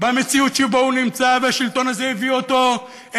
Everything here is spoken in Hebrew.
במציאות שבה הוא נמצא והשלטון הזה הביא אותו אליה,